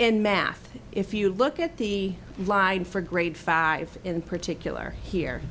in math if you look at the line for grade five in particular here